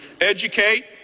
educate